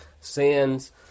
sins